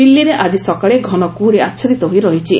ଦିଲ୍ଲୀରେ ଆଜି ସକାଳେ ଘନ କୁହୁଡ଼ି ଆଚ୍ଛାଦିତ ହୋଇ ରହିଛି